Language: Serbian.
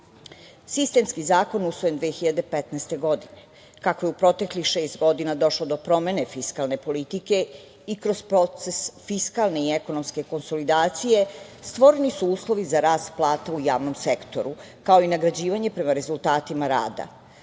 sektora. Sistemski zakon je usvojen 2015. godine. Kako je u proteklih šest godina došlo do promene fiskalne politike i kroz proces fiskalne i ekonomske konsolidacije, stvoreni su uslovi za rast plata u javnom sektoru, kao i nagrađivanje prema rezultatima rada.